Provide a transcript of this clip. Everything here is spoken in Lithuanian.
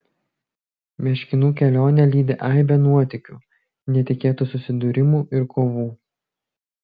meškinų kelionę lydi aibė nuotykių netikėtų susidūrimų ir kovų